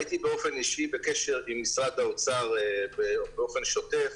הייתי בקשר עם שני אנשים ממשרד האוצר באופן אישי ובאופן שוטף.